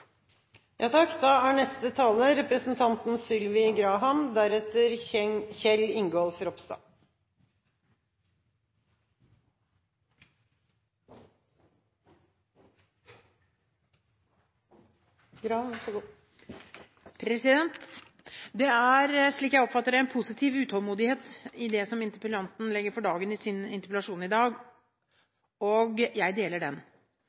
Det er, slik jeg oppfatter det, en positiv utålmodighet i det som interpellanten legger for dagen i sin interpellasjon i dag, og jeg deler den.